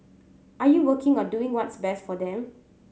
are you working or doing what's best for them